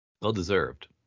Well-deserved